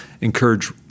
encourage